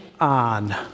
on